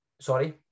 Sorry